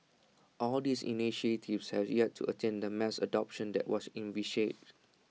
all these initiatives has yet to attain the mass adoption that was envisaged